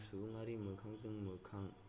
सुबुङारि मोखांजों मोखां